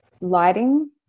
lighting